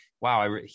wow